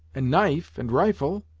and knife, and rifle.